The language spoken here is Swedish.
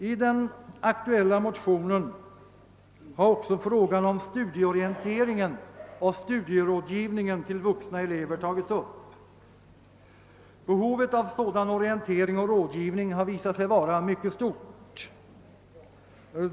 I den aktuella motionen har också frågan om studieorientering och studierådgivning till vuxna elever tagits upp. Behovet av en sådan orientering och rådgivning har visat sig vara mycket stort.